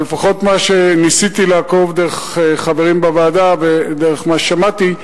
אבל לפחות מה שניסיתי לעקוב דרך חברים בוועדה ודרך מה ששמעתי,